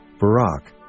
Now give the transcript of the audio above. Barak